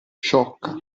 sciocca